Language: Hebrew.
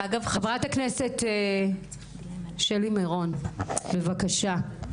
חה"כ שלי מירון, בבקשה.